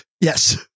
yes